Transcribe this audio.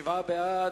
שבעה בעד,